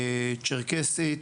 צ'רקסית,